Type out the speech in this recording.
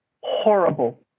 horrible